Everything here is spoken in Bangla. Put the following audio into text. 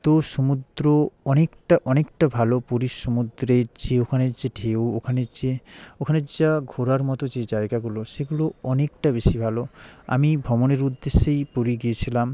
তো সমুদ্র অনেকটা অনেকটা ভালো পুরীর সমুদ্রের যে ওখানে যে ঢেউ ওখানের যে ওখানের যা ঘোরার মতো যে জায়গাগুলো সেগুলো অনেকটা বেশি ভালো আমি ভ্রমণের উদ্দেশ্যেই পুরী গিয়েছিলাম